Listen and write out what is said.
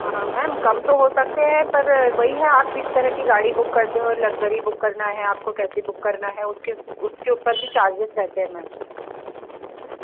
ma'am कम तो हो सकते हैं पर वही है आप किस तरह की गाड़ी बुक करते हो लग्जरी बुक करना है आपको कैसी बुक करना है उसके ऊपर भी चार्जेज रहते हैं मैम